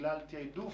בגלל תעדוף.